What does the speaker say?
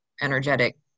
energetic